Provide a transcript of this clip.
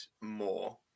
more